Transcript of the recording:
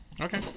Okay